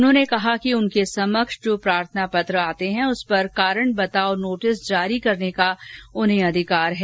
उन्होंने कहा कि उनके समक्ष जो प्रार्थनापत्र आते हैं उस पर कारण बताओ नोटिस जारी करने का उन्हें अधिकार है